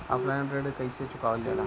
Offline ऋण कइसे चुकवाल जाला?